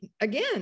again